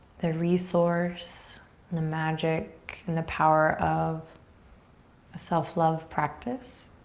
the resource and the magic and the power of a self love practice.